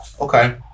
okay